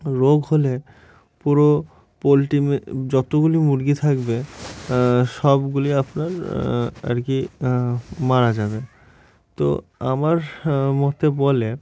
রোগ হলে পুরো পোলট্রি মে যতগুলো মুরগি থাকবে সবগুলো আপনার আর কি মারা যাবে তো আমার মতে বলে